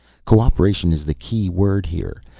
co-operation is the key word here.